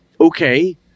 Okay